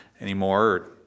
anymore